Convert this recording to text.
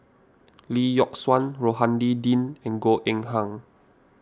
Lee Yock Suan Rohani Din and Goh Eng Han